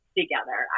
together